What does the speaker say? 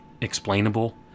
explainable